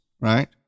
right